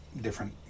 different